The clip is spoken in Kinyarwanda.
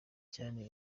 cyane